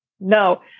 no